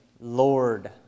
Lord